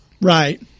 right